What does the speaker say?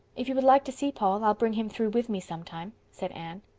if you would like to see paul i'll bring him through with me sometime, said anne.